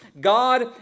God